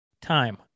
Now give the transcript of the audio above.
time